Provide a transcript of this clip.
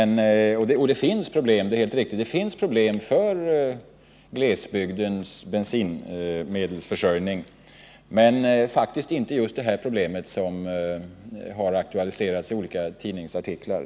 Naturligtvis finns det problem när det gäller glesbygdens drivmedelsförsörjning, men faktiskt inte just det problem som har aktualiserats i olika tidningsartiklar.